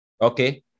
Okay